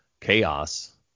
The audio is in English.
chaos